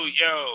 yo